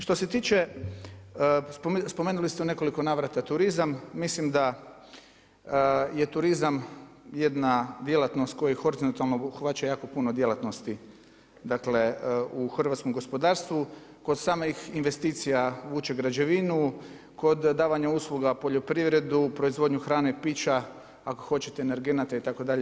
Što se tiče spomenuli ste u nekoliko navrata turizam, mislim da je turizam jedna djelatnost koji … obuhvaća jako puno djelatnosti dakle, u hrvatskom gospodarstvu kod samih investicija vuče građevinu kod davanja usluga, poljoprivredu, proizvodnje hrane, pića, ako hoćete energenata, itd.